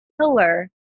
pillar